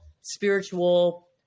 spiritual